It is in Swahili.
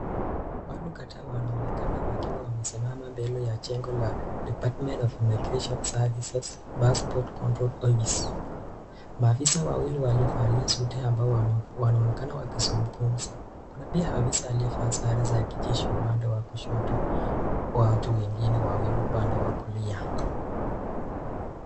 Watu kadhaa wanaonekana wakiwa wamesimama mbele ya jengo la Department of Immigration Services Passport Control Office maafisa wawili waliovalia suti hapa wanaonekana wakizungumza, kuna pia afisa aliyevaa sare za kijeshi upande wa kushoto wa watu wengine wawili upande wa kulia.